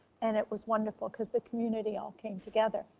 and it was wonderful, cause the community all came together,